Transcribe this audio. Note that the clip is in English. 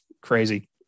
Crazy